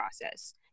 process